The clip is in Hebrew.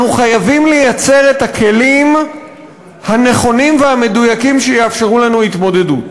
אנחנו חייבים לייצר את הכלים הנכונים והמדויקים שיאפשרו לנו התמודדות.